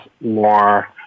more